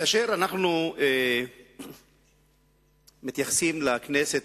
כאשר אנחנו מתייחסים לכנסת,